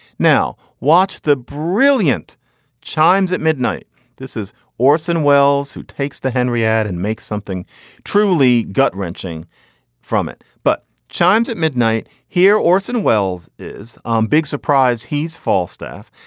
now watch the brilliant chimes at midnight this is orson welles who takes the henry ad and makes something truly gut wrenching from it, but chimes at midnight here. orson welles is um big surprise. he's falstaff.